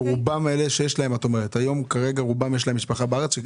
כרגע רובם יש להם משפחה בארץ?